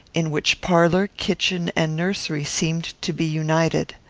in which parlour, kitchen, and nursery seemed to be united.